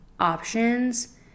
options